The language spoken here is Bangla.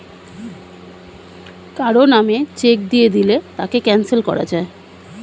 কারো নামে চেক দিয়ে দিলে তাকে ক্যানসেল করা যায়